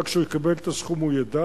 רק כשהוא יקבל את הסכום הוא ידע.